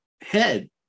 head